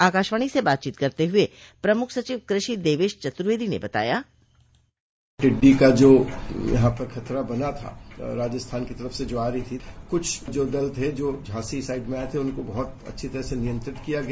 आकाशवाणी से बातचीत करते हुए प्रमुख सचिव कृषि देवेश चतुर्वेदी ने बताया टिड़ियों का जो यहा ंपर खतरा बना था राजस्थान की तरफ से जो आ रही थी कुछ जो दल थे जो झांसी साइड में आये थे उनको बहुत अच्छी तरह से नियंत्रित किया गया